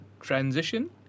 transition